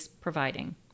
providing